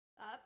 up